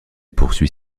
poursuit